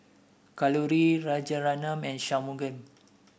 Kalluri Rajaratnam and Shunmugam